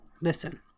Listen